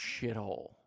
shithole